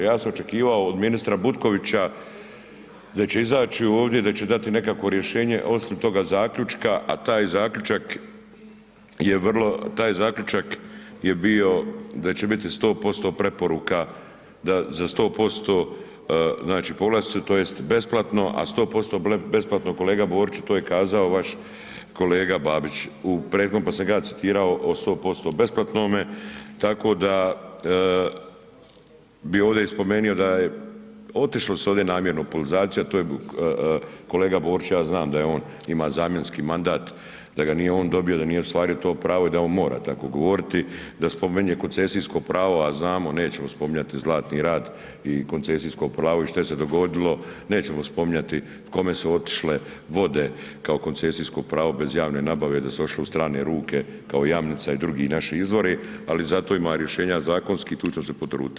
Ja sam očekivao od ministra Butkovića da će izaći ovdje i da će dati nekakvo rješenje osim toga zaključka a taj zaključak je bio da će biti 100% preporuka, da za 100% znači povlastice tj. besplatno a 100% besplatno kolega Borić to je kazao vaš Kolega Babić u prethodnom pa sam ja ga citirao o 100% besplatnome tako da bi ovdje i spomenuo da je otišlo se ovdje namjerno u politizaciju a to je kolega Borić, ja znam da on ima zamjenski mandat, da ga nije on dobio, da nije ostvario to pravo i da on mora tako govoriti, da spominje koncesijsko a znamo, nećemo spominjati Zlatni rat i koncesijsko pravo i šta se dogodilo, nećemo spominjati kome su otišle vode kao koncesijsko pravo bez javne nabave da su otišle u strane ruke kao Jamnica i drugi naši izvori ali zato ima rješenja zakonskih, tu ćemo se potruditi.